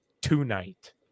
tonight